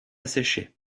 sécher